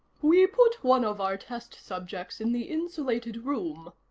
we put one of our test subjects in the insulated room,